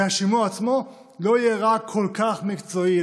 ושהשימוע עצמו לא יהיה רק כל כך מקצועי,